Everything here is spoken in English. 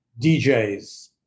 DJs